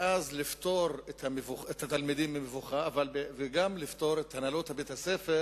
ואז לפטור את התלמידים ממבוכה וגם לפטור את הנהלת בית-הספר